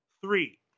three